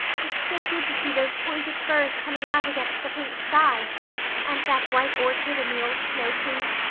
it's so good to see those pointed firs coming out against the pink sky and that white orchard and the old snow queen.